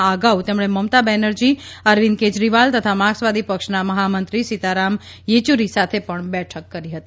આ અગાઉ તેમણે મમતા બેનરજી અરવિંદ કેજરીવાલ તથા માર્કસવાદી પક્ષના મહામંત્રી સીતારામ યેચૂરી સાથે પણ બેઠક કરી હતી